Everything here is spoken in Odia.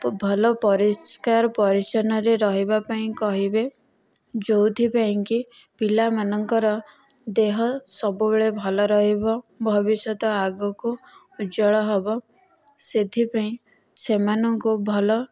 ତ ଭଲ ପରିଷ୍କାର ପରିଚ୍ଛନ୍ନରେ ରହିବା ପାଇଁ କହିବେ ଯେଉଁଥିପାଇଁକି ପିଲାମାନଙ୍କର ଦେହ ସବୁବେଳେ ଭଲ ରହିବ ଆଉ ଭବିଷ୍ୟତ ଆଗକୁ ଉଜ୍ଜ୍ୱଳ ହେବ ସେଥିପାଇଁ ସେମାନଙ୍କୁ ଭଲ